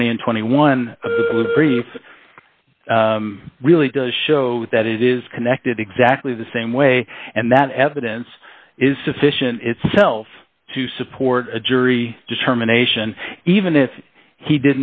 twenty and twenty one of really does show that it is connected exactly the same way and that evidence is sufficient itself to support a jury determination even if he